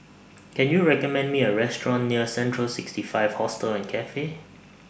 Can YOU recommend Me A Restaurant near Central sixty five Hostel and Cafe